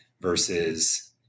versus